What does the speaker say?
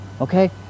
okay